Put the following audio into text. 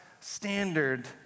standard